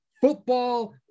Football